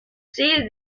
see